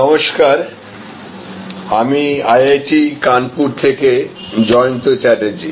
হ্যালোআমি IIT Kanpur থেকে জয়ন্ত চ্যাটার্জী